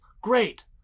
Great